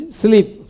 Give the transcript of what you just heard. sleep